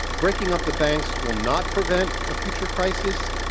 breaking up the banks will not prevent a future crisis.